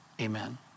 Amen